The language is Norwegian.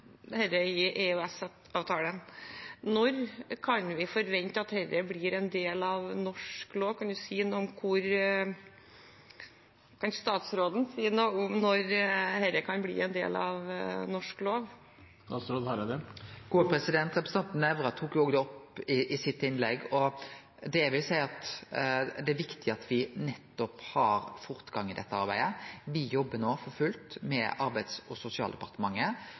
i EØS-avtalen. Når kan vi forvente at dette blir en del av norsk lov? Kan statsråden si noe om når dette kan bli en del av norsk lov? Representanten Nævra tok det òg opp i sitt innlegg. Det eg vil seie, er at det er viktig at me nettopp får fortgang i dette arbeidet. Me jobbar no for fullt med Arbeids- og sosialdepartementet,